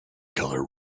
color